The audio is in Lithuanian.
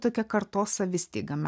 tokia kartos savistiega mes